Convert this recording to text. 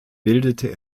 bildete